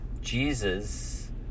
Jesus